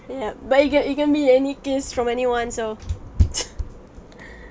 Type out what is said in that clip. ya but it can it can be any kiss from anyone so